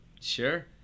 Sure